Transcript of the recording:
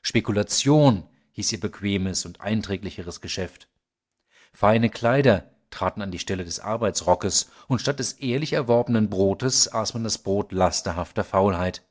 spekulation hieß ihr bequemes und einträglicheres geschäft feine kleider traten an die stelle des arbeitsrockes und statt des ehrlich erworbenen brotes aß man das brot lasterhafter faulheit